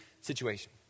situation